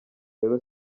rero